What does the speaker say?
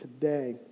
today